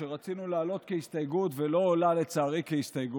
שרצינו להעלות כהסתייגות ולא עולה כהסתייגות,